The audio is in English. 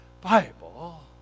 Bible